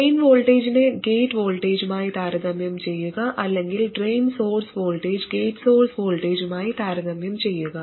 drain വോൾട്ടേജിനെ gate വോൾട്ടേജുമായി താരതമ്യം ചെയ്യുക അല്ലെങ്കിൽ drain source voltage gate source വോൾട്ടേജുമായി താരതമ്യം ചെയ്യുക